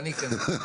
מקצר.